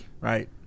right